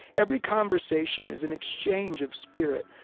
every conversation is an exchange of spirit,